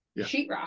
sheetrock